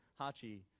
Hachi